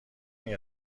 این